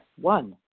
One